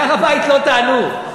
להר-הבית לא תעלו.